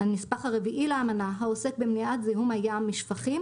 הנספח הרביעי לאמנה העוסק במניעת זיהום הים משפכים,